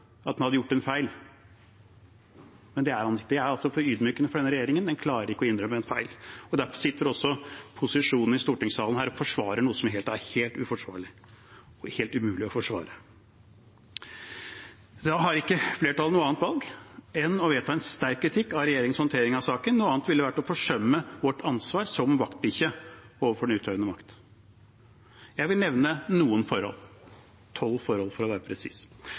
at den hadde gjort en feil, men det er altså for ydmykende for denne regjeringen. Den klarer ikke å innrømme feil. Derfor sitter også posisjonen i stortingssalen her og forsvarer noe som er helt umulig å forsvare. Da har ikke flertallet noe annet valg enn å vedta en sterk kritikk av regjeringens håndtering av saken. Noe annet ville vært å forsømme vårt ansvar som vaktbikkje overfor den utøvende makt. Jeg vil nevne noen forhold – tolv forhold, for å være presis: